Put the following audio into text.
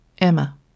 Emma